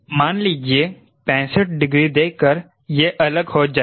मान लीजिए 65 डिग्री देकर यह अलग हो जाएगा